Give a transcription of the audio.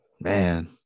Man